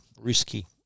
Risky